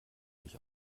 sich